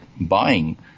buying